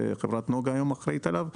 שחברת נגה אחראית עליו היום.